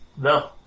No